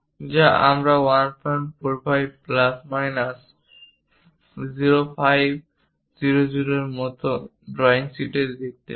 যা আমরা 145 প্লাস বা বিয়োগ 05 00 এর মতো ড্রয়িং শীটে এটি দেখতে পাই